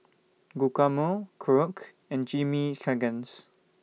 Guacamole Korokke and Chimichangas